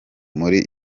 muri